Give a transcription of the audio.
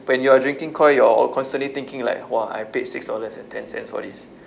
when you're drinking Koi you're constantly thinking like !wah! I paid six dollars and ten cents for this